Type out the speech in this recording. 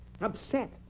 Upset